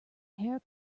hair